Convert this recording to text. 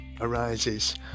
arises